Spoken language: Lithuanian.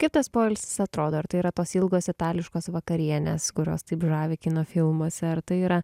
kaip tas poilsis atrodo ar tai yra tos ilgos itališkos vakarienės kurios taip žavi kino filmuose ar tai yra